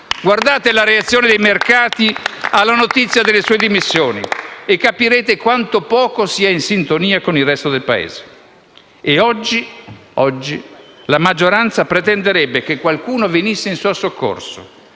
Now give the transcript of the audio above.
Guardate la reazione dei mercati alla notizia delle sue dimissioni e capirete quanto poco sia in sintonia con il resto del Paese. E oggi la maggioranza pretenderebbe che qualcuno venisse in suo soccorso,